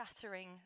shattering